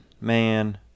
man